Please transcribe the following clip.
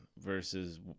Versus